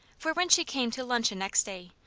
for, when she came to luncheon next day,